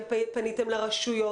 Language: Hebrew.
האם פנמיתן=ם לרשויות?